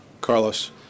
Carlos